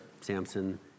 Samson